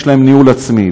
יש להם ניהול עצמי.